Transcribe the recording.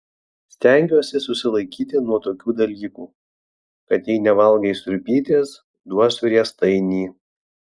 stengiuosi susilaikyti nuo tokių dalykų kad jei nevalgai sriubytės duosiu riestainį